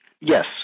Yes